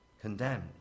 condemned